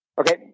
okay